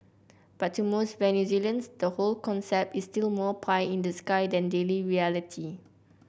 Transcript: but to most Venezuelans the whole concept is still more pie in the sky than daily reality